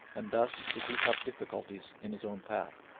and thus to heap up difficulties in his own path.